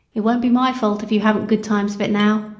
it won't be my fault if you haven't good times of it now.